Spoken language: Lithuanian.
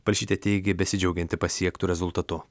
palšytė teigė besidžiaugianti pasiektu rezultatu